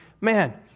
man